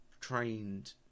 trained